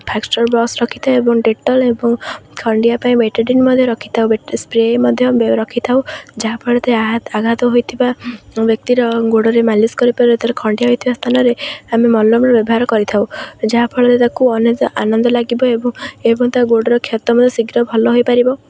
first aid box ରଖିଥାଉ ଏବଂ Dettol ଏବଂ ଖଣ୍ଡିଆ ପାଇଁ ବେଟାଡ଼ିନ୍ ମଧ୍ୟ ରଖିଥାଉ ସ୍ପ୍ରେ ମଧ୍ୟ ରଖିଥାଉ ଯାହା ଫଳରେ ଆଘାତ ହୋଇଥିବା ବ୍ୟକ୍ତିର ଗୋଡ଼ରେ ମାଲିସ୍ କରିପାରିବ ତା'ର ଖଣ୍ଡିଆ ହୋଇଥିବା ସ୍ଥାନରେ ଆମେ ମଲମ ବ୍ୟବହାର କରିଥାଉ ଯାହା ଫଳରେ ତାକୁ ଅନେକ ଆନନ୍ଦ ଲାଗିବ ଏବଂ ଏବଂ ତା ଗୋଡ଼ର କ୍ଷତ ମଧ୍ୟ ଶୀଘ୍ର ଭଲ ହୋଇପାରିବ